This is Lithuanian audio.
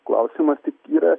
klausimas tik yra